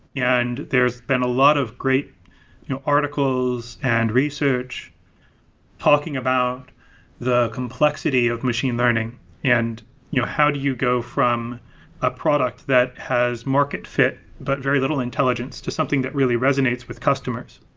and there's been a lot of great you know articles and research talking about the complexity of machine learning and how do you go from a product that has market fit but very little intelligence to something that really resonates with customers?